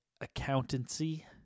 accountancy